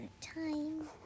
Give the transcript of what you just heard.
time